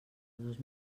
dos